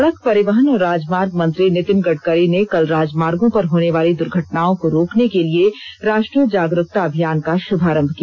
सड़क परिवहन और राजमार्ग मंत्री नितिन गडकरी ने कल राजमार्गो पर होने वाली दुर्घटनाओं को रोकने के लिए राष्ट्रीय जागरुकता अभियान का श्भारंभ किया